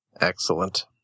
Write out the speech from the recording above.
Excellent